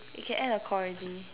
we can end the Call already